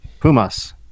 Pumas